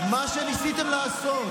מה שניסיתם לעשות,